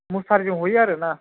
मोसारिजों हयो आरोना